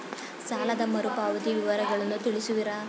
ಸಾಲದ ಮರುಪಾವತಿ ವಿವರಗಳನ್ನು ತಿಳಿಸುವಿರಾ?